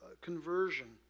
conversion